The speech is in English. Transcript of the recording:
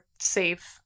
safe